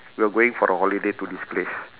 we're going for a holiday to this place